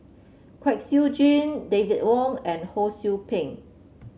Kwek Siew Jin David Wong and Ho Sou Ping